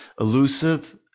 Elusive